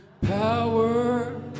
power